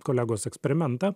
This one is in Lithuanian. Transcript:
kolegos eksperimentą